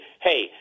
hey